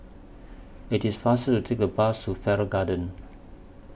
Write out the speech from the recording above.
IT IS faster to Take The Bus to Farrer Garden